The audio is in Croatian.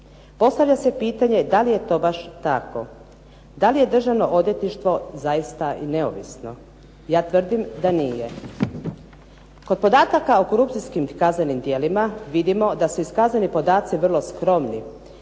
Postavlja se pitanje da li je to baš tako, da li je Državno odvjetništvo zaista neovisno. Ja tvrdim da nije. Kod podataka o korupcijskim kaznenim djelima vidimo da su kazneni podaci vrlo skromni